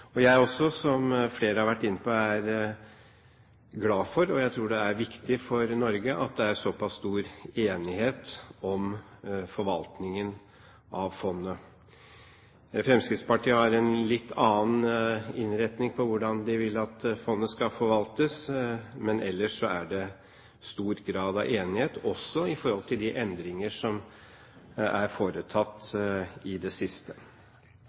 Jeg er også – i likhet med flere her – glad for, og jeg tror det er viktig for Norge, at det er såpass stor enighet om forvaltningen av fondet. Fremskrittspartiet har en litt annen innretning på hvordan de vil at fondet skal forvaltes, men ellers er det stor grad av enighet også når det gjelder de endringer som er foretatt i det siste.